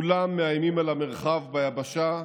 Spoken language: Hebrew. כולם מאיימים על המרחב ביבשה,